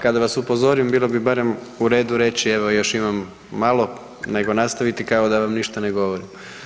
Kada vas upozorim bilo bi barem u redu reći evo još imam malo nego nastaviti kao da vam ništa ne govorim.